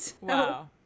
Wow